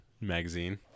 magazine